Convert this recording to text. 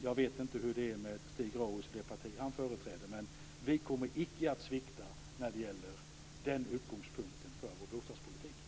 Jag vet inte hur det är med Stig Grauers och det parti han företräder, men vi kommer icke att svikta när det gäller den utgångspunkten för vår bostadspolitik.